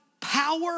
power